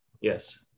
yes